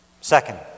Second